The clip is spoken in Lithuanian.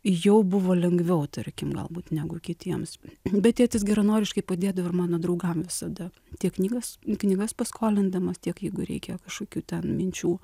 jau buvo lengviau tarkim galbūt negu kitiems bet tėtis geranoriškai padėdavo ir mano draugam visada tiek knygas knygas paskolindamas tiek jeigu reikia kažkokių ten minčių